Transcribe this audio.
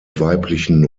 weiblichen